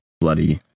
bloody